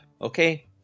okay